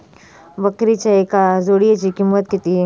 बकरीच्या एका जोडयेची किंमत किती?